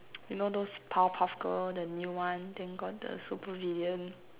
you know those powerpuff-girl the new one then got the super villain